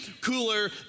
cooler